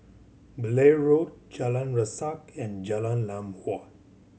Blair Road Jalan Resak and Jalan Lam Huat